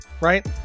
right